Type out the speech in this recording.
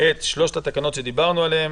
את שלוש התקנות שדיברנו עליהן.